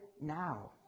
now